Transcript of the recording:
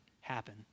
happen